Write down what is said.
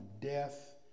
death